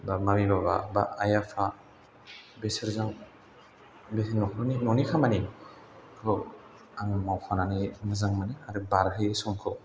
बा मामि बाबा बा आइ आफा बेसोरजों नखरनि न'नि खामानिखौ आङो मावफानानै मोजां मोनो आरो बारहोयो समखौ